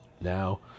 Now